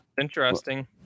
Interesting